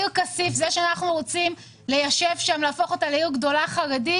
זה שאנחנו רוצים להפוך את כסיף לעיר חרדית